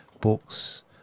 books